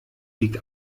liegt